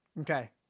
Okay